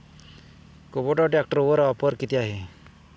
Kubota ट्रॅक्टरवर offer किती आहे?